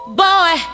boy